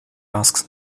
asks